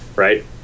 right